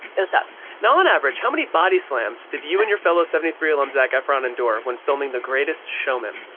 it was tough. now on average, how many body slams did you and your fellow seventy three alum, zac efron, endure when filming the greatest showman.